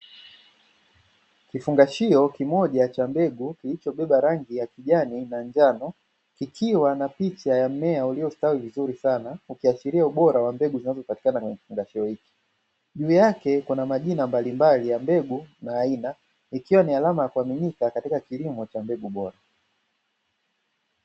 kifungashio kimoja cha mbegu, kilichobeba rangi ya kijani na njano, ikiwa na picha ya mmea uliostawi vizuri sana, ukiachilia ubora wa mbegu zinazopatikana kwenye kifungashio hicho, juu yake kuna majina mbalimbali ya mbegu na aina, ikiwa ni alama ya kuaminika katika kilimo cha mbegu bora.